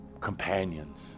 companions